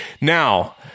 Now